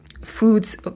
foods